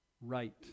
right